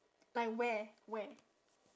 like where where